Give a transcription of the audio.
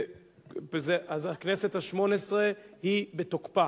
הכנסת השמונה-עשרה היא בתוקפה,